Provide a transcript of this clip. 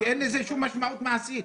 כי אין לזה שום משמעות מעשית.